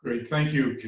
thank you,